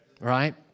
right